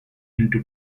into